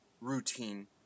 routine